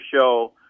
show